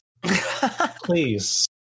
please